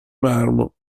marmo